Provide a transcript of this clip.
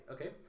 Okay